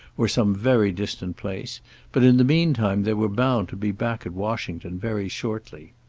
or some very distant place but in the meantime they were bound to be back at washington very shortly.